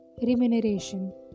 remuneration